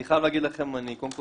אני קודם כל